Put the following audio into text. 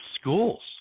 schools